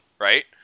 right